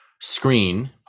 screen